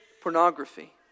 pornography